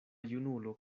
junulo